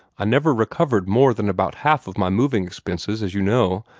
i never recovered more than about half of my moving expenses, as you know,